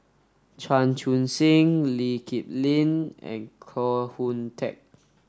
Chan Chun Sing Lee Kip Lin and Koh Hoon Teck